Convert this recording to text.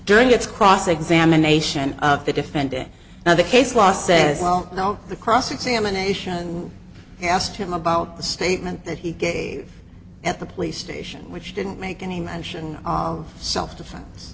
during its cross examination of the defendant and the case law says well you know the cross examination and asked him about the statement that he gave at the police station which didn't make any mention of self defense